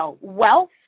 wealth